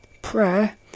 prayer